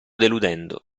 deludendo